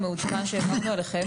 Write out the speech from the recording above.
המעודכן, שהעברנו לכם